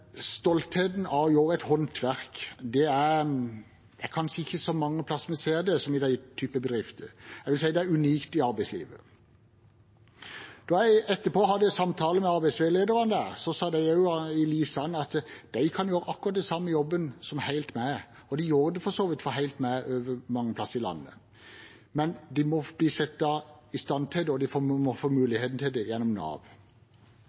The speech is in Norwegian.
stoltheten av å gjøre et håndverk, ser vi kanskje ikke så mange andre plasser enn i den typen bedrifter. Jeg vil si det er unikt i arbeidslivet. Da jeg etterpå hadde samtale med arbeidsveilederne der, sa de også i Lisand at de kan gjøre akkurat den samme jobben som Helt Med, og de gjør det for så vidt for Helt Med mange plasser i landet, men de må bli satt i stand til det og få muligheten til det gjennom Nav.